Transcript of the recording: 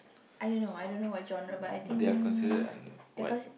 I don't know I don't know what genre but I think they are considered